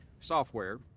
software